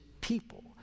people